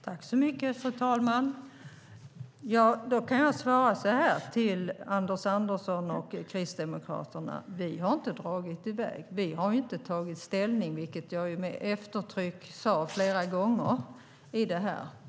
Fru talman! Jag kan svara så här till Anders Andersson och Kristdemokraterna: Vi har inte dragit i väg. Vi har inte tagit ställning. Det sade jag med eftertryck flera gånger.